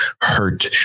hurt